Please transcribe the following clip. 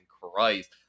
Christ